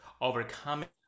overcoming